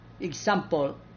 example